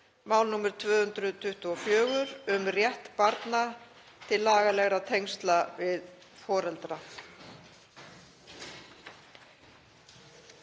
mál 224, um rétt barna til lagalegra tengsla við foreldra.